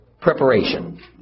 preparation